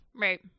Right